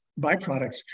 byproducts